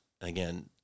Again